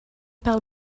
parle